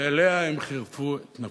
ועליה הם חירפו את נפשם.